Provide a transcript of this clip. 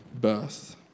birth